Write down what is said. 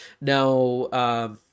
now